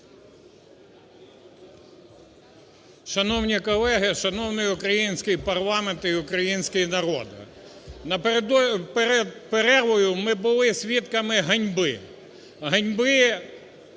Шановні колеги! Шановний український парламент і український народе! Перед перервою ми були свідками ганьби.